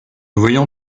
voyant